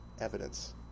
evidence